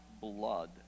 blood